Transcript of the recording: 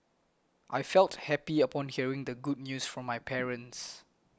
I felt happy upon hearing the good news from my parents